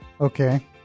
Okay